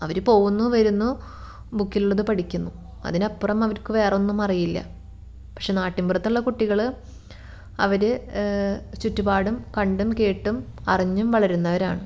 അവർ പോവുന്നു വെരുന്നു ബുക്കിൽ ഉള്ളത് പഠിക്കുന്നു അതിനപ്പുറം അവർക്ക് വേറെ ഒന്നും അറിയില്ല പക്ഷേ നാട്ടിൻപുറത്തുള്ള കുട്ടികൾ അവർ ചുറ്റുപാടും കണ്ടും കേട്ടും അറിഞ്ഞും വളരുന്നവരാണ്